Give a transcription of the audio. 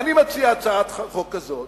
אני מציע הצעת חוק כזו